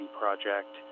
project